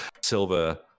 silver